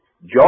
John